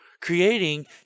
creating